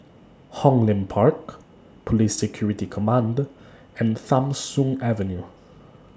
Hong Lim Park Police Security Command and Tham Soong Avenue